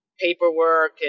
paperwork